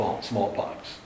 smallpox